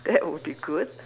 that would be good